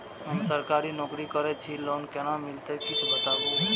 हम सरकारी नौकरी करै छी लोन केना मिलते कीछ बताबु?